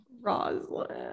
Roslyn